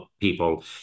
people